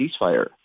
ceasefire